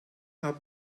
hat